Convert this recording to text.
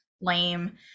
lame